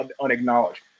unacknowledged